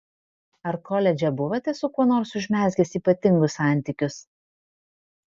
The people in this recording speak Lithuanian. ar koledže buvote su kuo nors užmezgęs ypatingus santykius